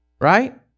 right